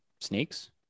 snakes